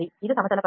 இது சமதள பரப்பு